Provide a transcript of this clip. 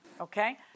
okay